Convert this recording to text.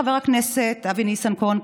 חבר הכנסת אבי ניסנקורן,